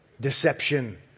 deception